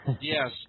Yes